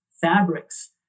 fabrics